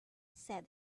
said